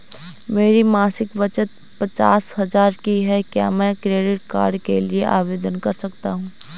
मेरी मासिक बचत पचास हजार की है क्या मैं क्रेडिट कार्ड के लिए आवेदन कर सकता हूँ?